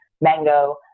mango